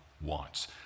wants